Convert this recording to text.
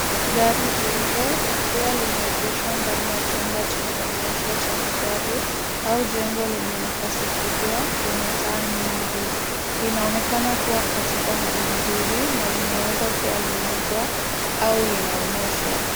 Gari jeupe likiwa limeegeshwa ndani ya chumba cha maonyesho cha magari au jengo lenye nafasi kubwa lenye taa nyingi. Linaonekana kuwa katika hali nzuri na linaweza kuwa linauzwa au linaonyeshwa.